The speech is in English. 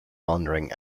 laundering